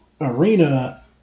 arena